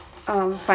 um